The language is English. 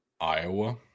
Iowa